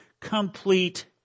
complete